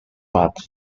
but